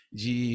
de